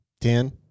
ten